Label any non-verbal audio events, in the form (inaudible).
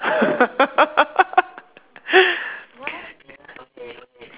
(laughs)